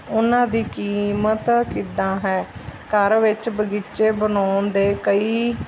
ਉਹਨਾਂ ਦੀ ਕੀਮਤ ਕਿੱਦਾਂ ਹੈ ਘਰ ਵਿੱਚ ਬਗੀਚੇ ਬਣਾਉਣ ਦੇ ਕਈ